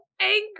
angry